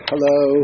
Hello